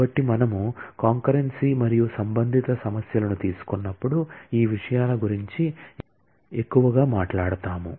కాబట్టి మనము కాంకరెన్సీ మరియు సంబంధిత సమస్యలను తీసుకున్నప్పుడు ఈ విషయాల గురించి ఎక్కువగా మాట్లాడుతాము